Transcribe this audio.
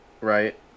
right